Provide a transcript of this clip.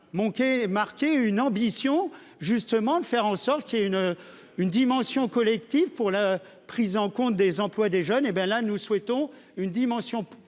a manqué marquer une ambition justement de faire en sorte qu'il y ait une une dimension collective pour la prise en compte des emplois des jeunes, et bien là. Nous souhaitons une dimension